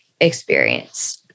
experience